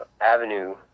avenue